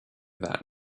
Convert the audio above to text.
that